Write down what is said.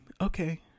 Okay